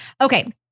Okay